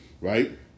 right